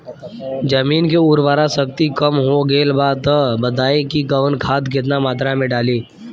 जमीन के उर्वारा शक्ति कम हो गेल बा तऽ बताईं कि कवन खाद केतना मत्रा में डालि?